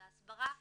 אז ההסברה